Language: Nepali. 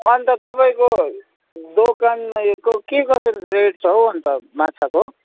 अनि त तपाईँको दोकानमा यो को के कसरी रेट छ हौ अनि त माछाको